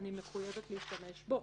אני מחויבת להשתמש בו.